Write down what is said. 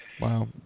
wow